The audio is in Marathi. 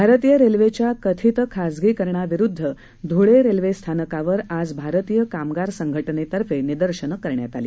भारतीय रेल्वेच्या कथित खासगीकरणाविरुद्ध धुळे रेल्वे स्थानकावर आज भारतीय कामगार संघटनेतर्फे निदर्शनं करण्यात आली